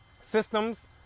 systems